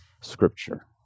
Scripture